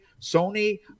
sony